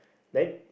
then